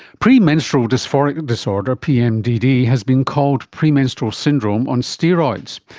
premenstrual dysphoric disorder, pmdd, has been called premenstrual syndrome on steroids.